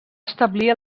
establir